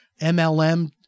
MLM